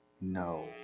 No